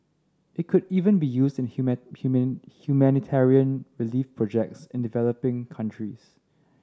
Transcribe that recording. it could even be used in human human humanitarian relief projects in developing countries